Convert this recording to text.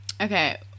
Okay